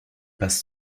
passe